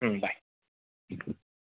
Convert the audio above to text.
bye